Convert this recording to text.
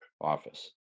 office